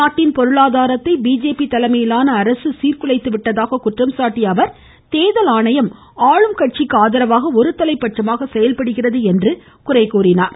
நாட்டின் பொருளாதாரத்தை பிஜேபி தலைமையிலான அரசு சீர்குலைத்து விட்டதாக குற்றம் சாட்டிய அவர் தேர்தல் ஆணையம் ஆளும் கட்சிக்கு ஆதரவாக ஒருதலைபட்சமாக செயல்படுகிறது என்றும் குறை கூறினார்